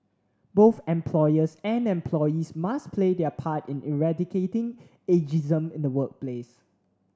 both employers and employees must play their part in eradicating ageism in the workplace